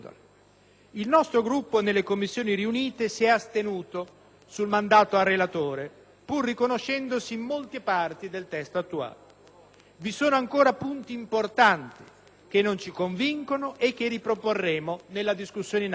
Il nostro Gruppo nelle Commissioni riunite si è astenuto sul mandato al relatore, pur riconoscendosi in molte parti del testo attuale. Vi sono ancora punti importanti che non ci convincono e che riproporremo nella discussione in Aula.